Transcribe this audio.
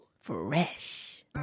Fresh